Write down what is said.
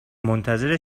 منتظر